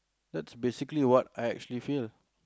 that's basically what I actually feel